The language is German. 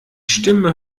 stimme